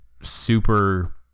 super